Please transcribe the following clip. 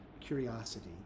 curiosity